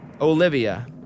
Olivia